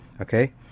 okay